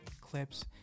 clips